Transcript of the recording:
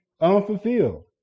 unfulfilled